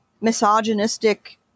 misogynistic